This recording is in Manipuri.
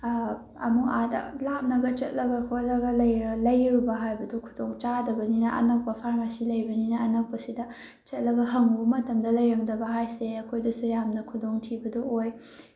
ꯑꯃꯨꯛ ꯑꯗꯥ ꯂꯥꯞꯅꯒ ꯆꯠꯂꯒ ꯈꯣꯠꯂꯒ ꯂꯩꯔꯨꯕ ꯍꯥꯏꯕꯗꯨ ꯈꯨꯗꯣꯡ ꯆꯥꯗꯕꯅꯤꯅ ꯑꯅꯛꯄ ꯐꯥꯔꯃꯥꯁꯤ ꯂꯩꯕꯅꯤꯅ ꯑꯅꯛꯄꯁꯤꯗ ꯆꯠꯂꯒ ꯍꯪꯉꯨꯕ ꯃꯇꯝꯗ ꯂꯩꯔꯝꯗꯕ ꯍꯥꯏꯁꯦ ꯑꯩꯈꯣꯏꯗ ꯌꯥꯝꯅ ꯈꯨꯗꯣꯡ ꯊꯤꯕꯗꯣ ꯑꯣꯏ